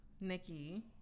Nikki